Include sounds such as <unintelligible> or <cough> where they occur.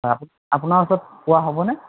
<unintelligible> আপোনাৰ ওচৰত পোৱা হ'বনে